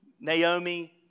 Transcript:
Naomi